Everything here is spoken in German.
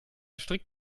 strikt